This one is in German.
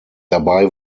dabei